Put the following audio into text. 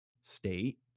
state